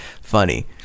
Funny